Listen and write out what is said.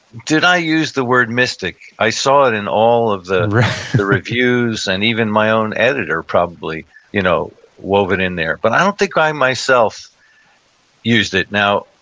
did i use the word mystic? i saw it in all the the reviews, and even my own editor probably you know wove it in there. but i don't think i myself used it now,